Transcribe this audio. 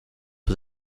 was